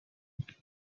fyddech